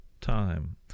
time